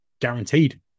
guaranteed